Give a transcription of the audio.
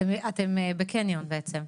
אתם בקניון בעצם?